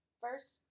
first